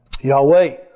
Yahweh